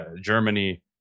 germany